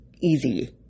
easy